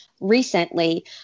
recently